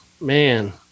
man